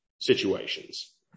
situations